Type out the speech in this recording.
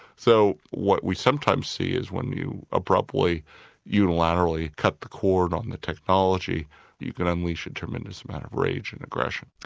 so what we sometimes see is when you abruptly unilaterally cut the cord on the technology you can unleash a tremendous amount of rage and aggression.